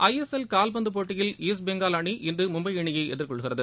ISL கால்பந்துப் போட்டியில் east Bengal அணி இன்று மும்பை அணியை எதிர்கொள்கிறது